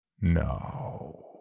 No